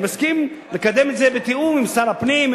אני מסכים לקדם את זה בתיאום עם שר הפנים,